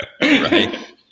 Right